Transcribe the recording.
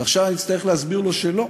ועכשיו אני אצטרך להסביר לו שלא,